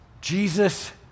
Jesus